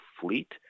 fleet